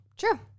Sure